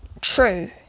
true